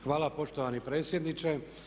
Hvala poštovani predsjedniče.